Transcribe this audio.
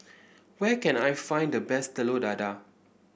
where can I find the best Telur Dadah